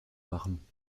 machen